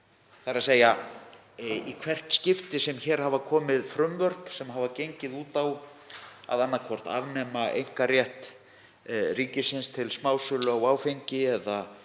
þ.e. í hvert skipti sem hér hafa komið frumvörp sem hafa gengið út á að annaðhvort afnema einkarétt ríkisins til smásölu á áfengi eða